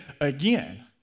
again